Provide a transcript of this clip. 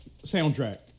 soundtrack